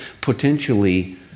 potentially